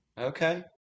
Okay